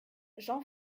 jean